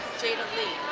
jayda lee